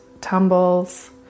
tumbles